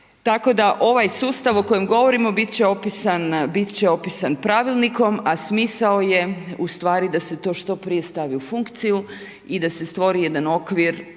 Tako da ovaj sustav o kojem govorim biti će opisan pravilnikom, a smisao je u stvari, da se to što prije stavi u funkciju i da se stvori jedan okvir,